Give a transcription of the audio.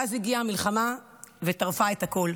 ואז הגיעה המלחמה וטרפה את הכול.